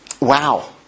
Wow